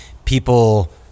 People